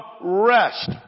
rest